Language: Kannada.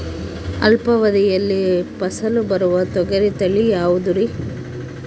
ಅಲ್ಪಾವಧಿಯಲ್ಲಿ ಫಸಲು ಬರುವ ತೊಗರಿ ತಳಿ ಯಾವುದುರಿ?